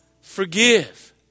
forgive